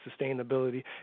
sustainability